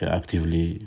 actively